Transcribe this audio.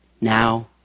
now